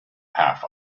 half